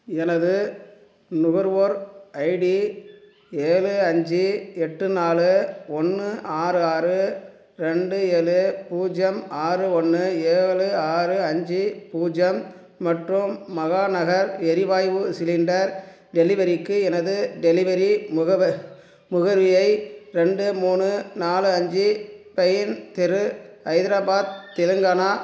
எனது நுகர்வோர் ஐடி ஏழு அஞ்சு எட்டு நாலு ஒன்று ஆறு ஆறு ரெண்டு ஏழு பூஜ்ஜியம் ஆறு ஒன்று ஏழு ஆறு அஞ்சு பூஜ்ஜியம் மற்றும் மகாநகர் எரிவாயு சிலிண்டர் டெலிவரிக்கு எனது டெலிவரி முகவ முகவரியை ரெண்டு மூணு நாலு அஞ்சு பைன் தெரு ஹைதராபாத் தெலுங்கானா